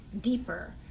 deeper